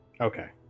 Okay